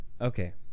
Okay